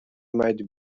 might